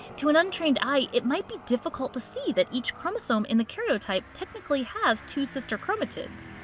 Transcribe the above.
to an untrained eye, it might be difficult to see that each chromosome in the karyotype technically has two sister chromatids.